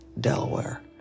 Delaware